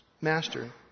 master